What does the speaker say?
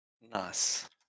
Nice